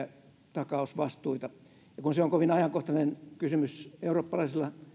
takausvastuita kun se on kovin ajankohtainen kysymys eurooppalaisilla